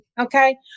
okay